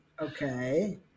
okay